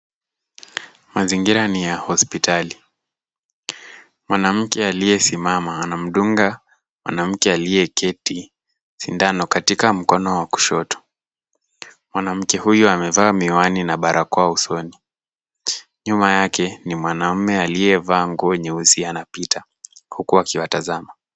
Mazingira ni ya hospitali. Mwanamke aliyesimama anamdunga mwanamke aliyeketi sindano katika mkono wa kushoto. Mwanamke huyu amevaa miwani na barakoa usoni. Nyuma yake ni mwanaume aliyevaa nguo nyeusi anapita huku akiwatazama.